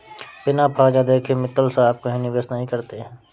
बिना फायदा देखे मित्तल साहब कहीं निवेश नहीं करते हैं